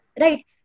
Right